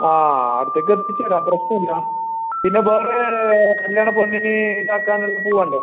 ആ ആടെത്തേക്ക് എത്തിച്ചുതരാം പ്രശ്നം ഇല്ല പിന്നെ വേറെ കല്യാണ പെണ്ണിന് ഇത് ആക്കാനുള്ള പൂ വേണ്ടേ